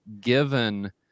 given